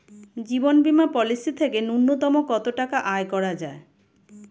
জীবন বীমা পলিসি থেকে ন্যূনতম কত টাকা আয় করা যায়?